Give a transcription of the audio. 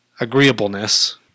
agreeableness